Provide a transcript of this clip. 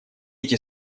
эти